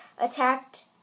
attacked